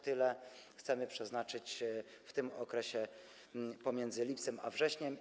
Tyle chcemy przeznaczyć w tym okresie pomiędzy lipcem a wrześniem.